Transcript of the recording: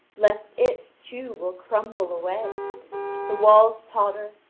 lest it, too, will crumble away the walls totter,